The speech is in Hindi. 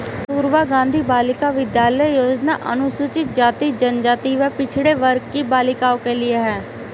कस्तूरबा गांधी बालिका विद्यालय योजना अनुसूचित जाति, जनजाति व पिछड़े वर्ग की बालिकाओं के लिए है